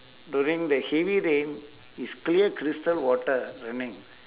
during the heavy rain it's clear crystal water running